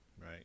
Right